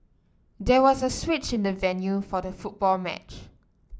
there was a switch in the venue for the football match